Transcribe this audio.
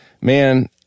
Man